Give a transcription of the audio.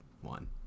one